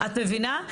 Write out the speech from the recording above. את מבינה?